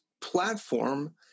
platform